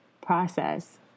process